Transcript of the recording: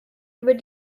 über